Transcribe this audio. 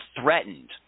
threatened